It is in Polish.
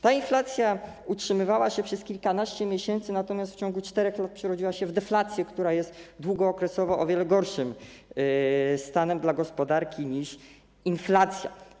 Ta inflacja utrzymywała się przez kilkanaście miesięcy, natomiast w ciągu 4 lat przerodziła się w deflację, która jest długookresowo o wiele gorszym stanem dla gospodarki niż inflacja.